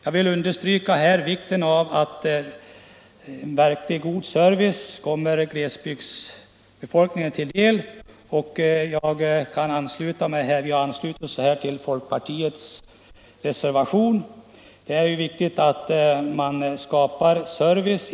Jag vill understryka vikten av att en verkligt god service kommer glesbygdsbefolkningen till del. Centern och folkpartiet har på den här punkten en gemensam reservation.